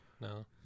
No